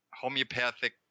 homeopathic